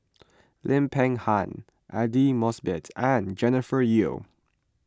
Lim Peng Han Aidli Mosbit and Jennifer Yeo